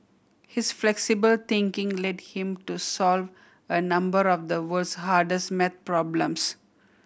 his flexible thinking led him to solve a number of the world's hardest math problems